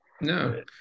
no